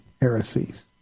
heresies